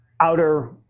outer